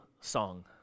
song